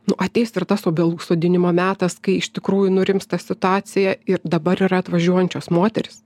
nu ateis ir tas obelų sodinimo metas kai iš tikrųjų nurimsta situacija ir dabar yra atvažiuojančios moterys